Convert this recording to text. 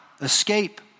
escape